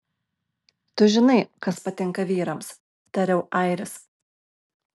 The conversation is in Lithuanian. tu žinai kas patinka vyrams tariau airis